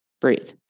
Breathe